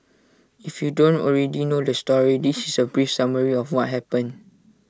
if you don't already know the story this is A brief summary of what happened